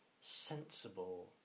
sensible